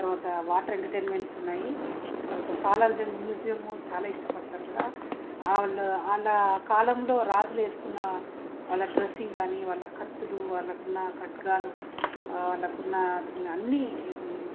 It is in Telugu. తర్వాత వాటర్ ఎంటర్టైన్మెంట్స్ ఉన్నాయి తర్వాత సాలార్ జంగ్ మ్యూజియం చాలా ఇష్టపడతారు కూడా వాళ్ళ వాళ్ళ కాలంలో రాజులు వేసుకున్న వాళ్ళ డ్రెస్సింగ్ కానీ వాళ్ళ కత్తులు వాళ్ళకున్న ఖడ్గాలు వాళ్ళకు ఉన్న అన్ని